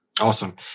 Awesome